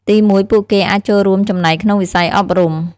ទីមួយ ពួកគេអាចចូលរួមចំណែកក្នុងវិស័យអប់រំ។